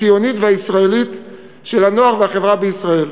הציונית והישראלית של הנוער והחברה בישראל.